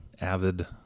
avid